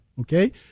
okay